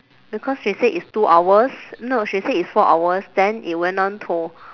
because she said it's two hours no she said it's four hours then it went on to